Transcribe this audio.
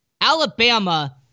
Alabama